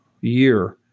year